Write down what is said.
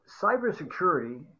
cybersecurity